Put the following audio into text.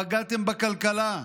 פגעתם בכלכלה,